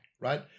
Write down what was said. right